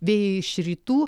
vėjai iš rytų